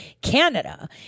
canada